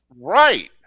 Right